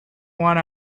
one